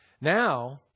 Now